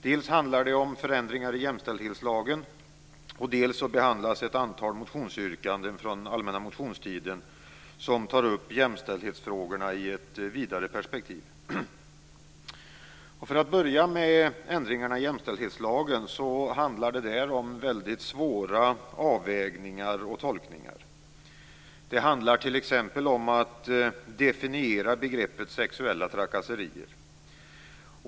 Dels handlar det om förändringar i jämställdhetslagen, dels behandlas ett antal motionsyrkanden från allmänna motionstiden som tar upp jämställdhetsfrågorna i ett vidare perspektiv. För att börja med ändringarna i jämställdhetslagen kan jag säga att det handlar om väldigt svåra avvägningar och tolkningar. Det handlar t.ex. om att definiera begreppet sexuella trakasserier.